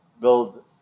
build